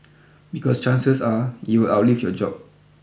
because chances are you will outlive your job